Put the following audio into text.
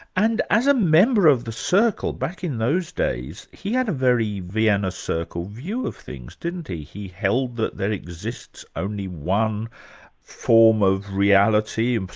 and as a member of the circle back in those days, he had a very vienna circle view of things, didn't he? he held that there exists only one form of reality, and